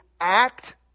act